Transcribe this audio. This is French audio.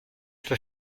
peux